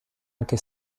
anche